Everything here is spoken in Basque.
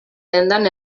dendan